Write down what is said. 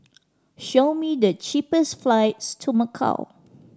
show me the cheapest flights to Macau